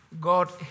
God